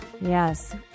Yes